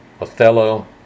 Othello